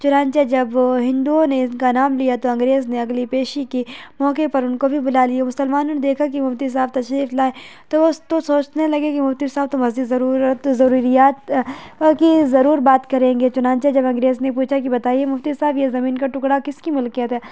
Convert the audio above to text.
چنانچہ جب ہندوؤں نے ان کا نام لیا تو انگریز نے اگلی پیشی کی موقع پر ان کو بھی بلا لیا مسلمانوں نے دیکھا کہ مفتی صاحب تشریف لائے تو تو سوچنے لگے کہ مفتی صاحب تو مسجد ضرورت ضروریات پر کہ ضرور بات کریں گے چنانچہ جب انگریز نے پوچھا کہ بتائیے مفتی صاحب یہ زمین کا ٹکڑا کس کی ملکیت ہے